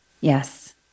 Yes